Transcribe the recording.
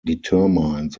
determines